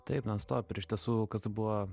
taip non stop ir iš tiesų kas buvo